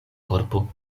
korpo